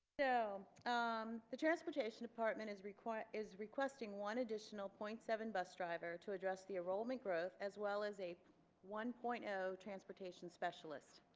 yeah um um the transportation department is requesting is requesting one additional point seven bus driver to address the enrollment growth as well as a one point zero transportation specialist.